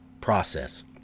process